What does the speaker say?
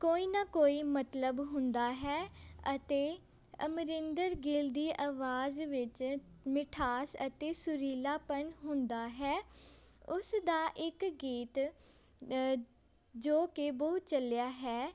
ਕੋਈ ਨਾ ਕੋਈ ਮਤਲਬ ਹੁੰਦਾ ਹੈ ਅਤੇ ਅਮਰਿੰਦਰ ਗਿੱਲ ਦੀ ਆਵਾਜ਼ ਵਿੱਚ ਮਿਠਾਸ ਅਤੇ ਸੁਰੀਲਾਪਨ ਹੁੰਦਾ ਹੈ ਉਸ ਦਾ ਇੱਕ ਗੀਤ ਜੋ ਕਿ ਬਹੁਤ ਚੱਲਿਆ ਹੈ